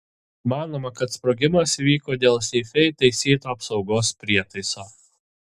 manoma kad sprogimas įvyko dėl seife įtaisyto apsaugos prietaiso